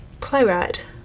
playwright